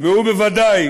והוא בוודאי